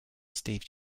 steve